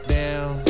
down